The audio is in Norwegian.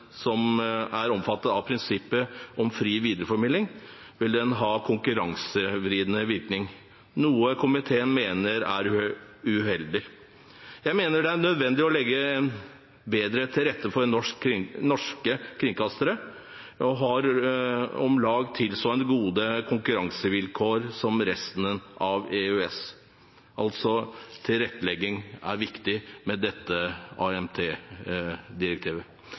som er omfattet av prinsippet om fri videreformidling, vil det ha konkurransevridende virkning, noe komiteen mener er uheldig. Jeg mener det er nødvendig å legge bedre til rette for at norske kringkastere har om lag tilsvarende gode konkurransevilkår som resten av EØS. Altså: Tilrettelegging er viktig med dette